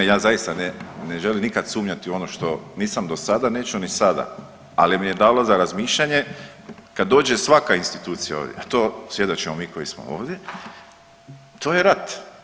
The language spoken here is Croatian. Ja zaista ne, ne želim nikad sumnjati u ono što nisam dosada, neću ni sada, ali mi je dalo za razmišljanje kad dođe svaka institucija ovdje, a to svjedočimo mi koji smo ovdje, to je rat.